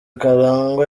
karangwa